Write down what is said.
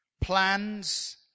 Plans